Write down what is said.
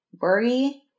worry